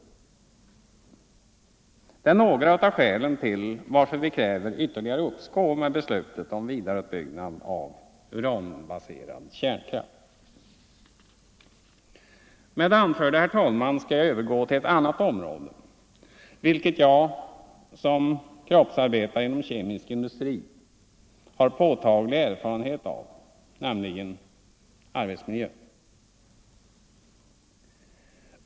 Detta är några av skälen till att vi kräver ytterligare uppskov med beslut om vidareutbyggnad av uranbaserad kärnkraft. Med det anförda, herr talman, skall jag övergå till ett annat område, vilket jag som kroppsarbetare inom kemisk industri har påtaglig erfarenhet av, nämligen arbetsmiljön.